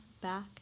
back